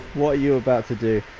what are you about to do?